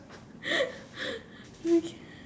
okay